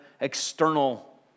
external